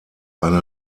eine